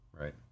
right